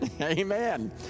Amen